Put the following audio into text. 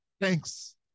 Thanks